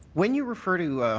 when you refer to